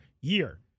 year